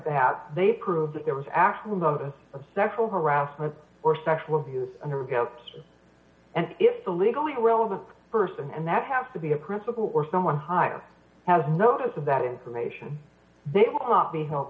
that they prove that there was actually a sexual harassment or sexual abuse and if the legally relevant person and that has to be a principal or someone high on has notice of that information they will not be held